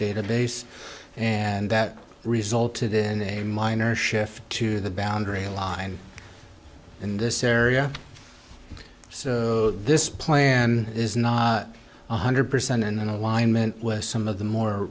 database and that resulted in a minor shift to the boundary line in this area so this plan is not one hundred percent in alignment with some of the more